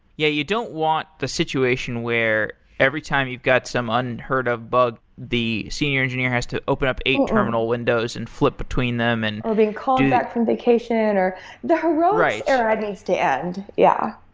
yeah you don't want the situation where every time you've got some unheard of bug, the senior engineer has to open eight terminal windows and flip between them and or being called back from vacation or the heroics era needs to end. yeah.